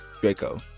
Draco